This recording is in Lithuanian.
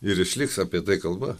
ir išliks apie tai kalba